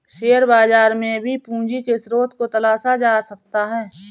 share बाजार में भी पूंजी के स्रोत को तलाशा जा सकता है